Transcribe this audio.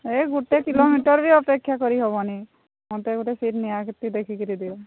ଏ ଗୋଟେ କିଲୋମିଟର ବି ଅପେକ୍ଷା କରିହେବନି ମତେ ଗୋଟେ ସିଟ୍ ନିହାତି ଦେଖିକରି ଦିଅ